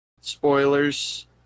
Spoilers